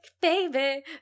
baby